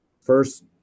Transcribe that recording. First